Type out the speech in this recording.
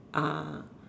ah